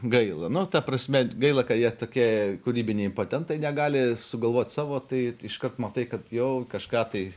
gaila nu ta prasme gaila ką jie tokie kūrybiniai impotentai negali sugalvot savo tai iškart matai kad jau kažką tai